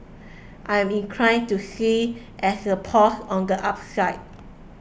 I'm inclined to see as a pause on the upside